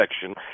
section